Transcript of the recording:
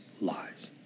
lies